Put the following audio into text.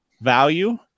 value